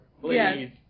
please